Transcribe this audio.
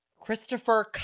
Christopher